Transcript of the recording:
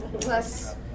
plus